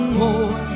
more